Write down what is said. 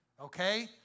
okay